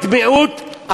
הם רוצים להיות מיעוט,